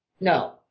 No